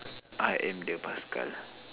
I am the paskal